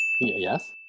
yes